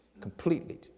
completely